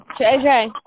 JJ